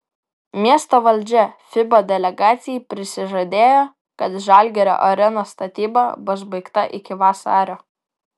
miesto valdžia fiba delegacijai prisižadėjo kad žalgirio arenos statyba bus baigta iki vasario